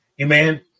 Amen